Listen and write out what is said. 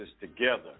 together